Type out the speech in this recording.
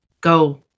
Go